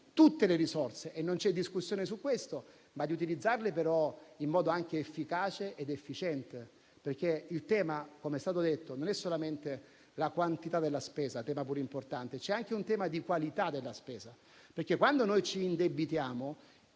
tutte le risorse - e non c'è discussione su questo - ma di farlo in modo anche efficace ed efficiente. Il tema, come è stato detto, non è solamente la quantità della spesa, che pure è importante; c'è anche un tema di qualità della spesa, perché quando ci indebitiamo,